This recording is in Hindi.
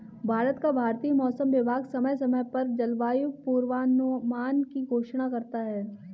भारत का भारतीय मौसम विभाग समय समय पर जलवायु पूर्वानुमान की घोषणा करता है